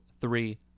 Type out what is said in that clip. three